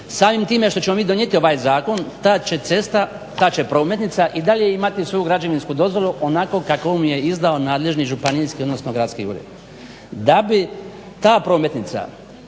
samim time što ćemo mi donijeti ovaj zakon ta će prometnica i dalje imati svoju građevinsku dozvolu onakvu kakvu joj je izdao nadležni županijski, odnosno gradski ured. Da bi ta prometnica